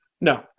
No